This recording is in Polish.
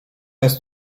jest